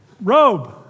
robe